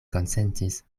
konsentis